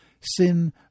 sin